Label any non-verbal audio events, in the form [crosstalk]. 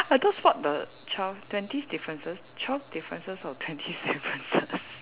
I just spot the twelve twenty differences twelve differences or twenty [laughs] differences